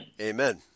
Amen